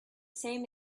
same